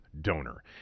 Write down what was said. donor